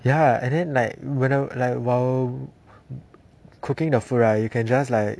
ya and then like when I'm like while cooking the food right you can just like